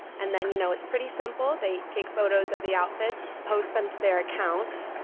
and then, you know, it's pretty simple. they take photos of the outfits, post them to their account.